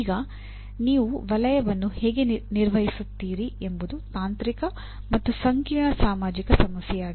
ಈಗ ನೀವು ವಲಯವನ್ನು ಹೇಗೆ ನಿರ್ವಹಿಸುತ್ತೀರಿ ಎಂಬುದು ತಾಂತ್ರಿಕ ಮತ್ತು ಸಂಕೀರ್ಣ ಸಾಮಾಜಿಕ ಸಮಸ್ಯೆಯಾಗಿದೆ